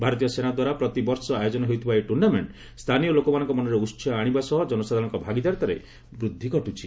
ଭାରତୀୟ ସେନା ଦ୍ୱାରା ପ୍ରତିବର୍ଷ ଆୟୋଜନ ହେଉଥିବା ଏହି ଟୁର୍ଷ୍ଣାମେଣ୍ଟ ସ୍ଥାନୀୟ ଲୋକମାନଙ୍କ ମନରେ ଉତ୍ସାହ ଆଣିବା ସହ ଜନସାଧାରଣଙ୍କ ଭାଗିଦାରୀତାରେ ବୃଦ୍ଧି ଘଟୁଛି